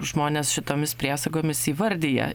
žmonės šitomis priesagomis įvardija